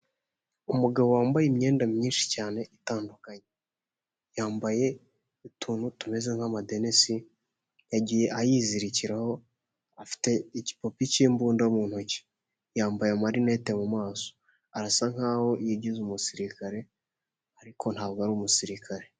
Umugabo wambaye imyenda myinshi cyane itandukanye, yambaye utuntu tumeze nk'amadenesi yagiye ayizirikiraho afite igipupi cy'imbunda mu ntoki, yambaye marinete mu maso, arasa nkaho yigize umusirikare ariko ntabwo ari umusirikare.